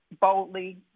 boldly